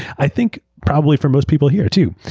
i think probably for most people here too.